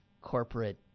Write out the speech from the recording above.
corporate